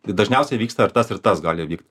tai dažniausiai vyksta ir tas ir tas gali vykt